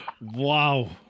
Wow